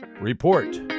Report